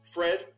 Fred